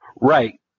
Right